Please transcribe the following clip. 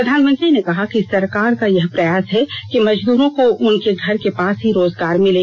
प्रधानमंत्री ने कहा कि सरकार का यह प्रयास है कि मजदूरो को उनके घर के पास ही रोजगार मिले